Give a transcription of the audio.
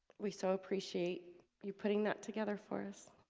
we so appreciate you putting that together for us